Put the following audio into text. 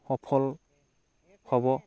সফল হ'ব